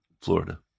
Florida